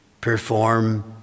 perform